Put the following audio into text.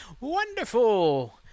Wonderful